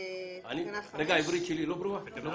תקנה